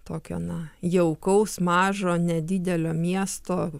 tokio na jaukaus mažo nedidelio miesto